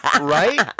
Right